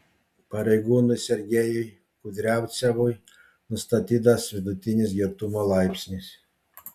pareigūnui sergejui kudriavcevui nustatytas vidutinis girtumo laipsnis